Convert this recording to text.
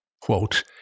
Quote